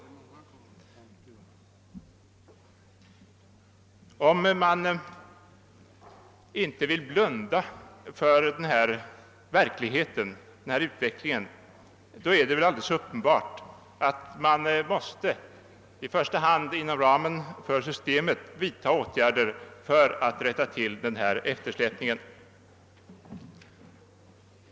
Om man inte vill blunda för denna utveckling är det alldeles uppenbart att man måste — i första hand inom ramen för systemet — vidta åtgärder för att rätta till denna eftersläpning.